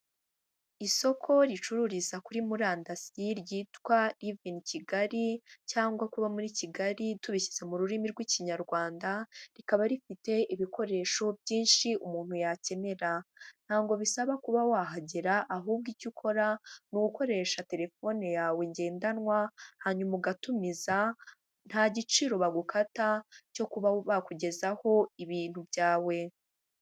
Isoko ricururiza kuri murandasi ryitwa Living in Kigali, cyangwa kuba muri Kigali tubishyize mu rurimi rw'Ikinyarwanda, rikaba rifite ibikoresho byinshi umuntu yakenera, ntabwo bisaba kuba wahagera ahubwo icyo ukora, ni ugukoresha telefone yawe ngendanwa, hanyuma ugatumiza, nta giciro bagukata cyo kuba bakugezaho ibintu byawe.